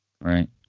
Right